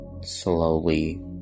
slowly